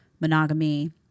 monogamy